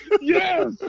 Yes